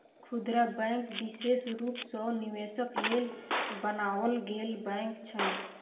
खुदरा बैंक विशेष रूप सँ निवेशक लेल बनाओल गेल बैंक छै